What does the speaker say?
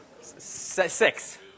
Six